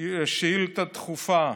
שאילתה דחופה,